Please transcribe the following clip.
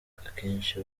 akenshi